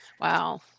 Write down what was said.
Wow